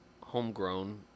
Homegrown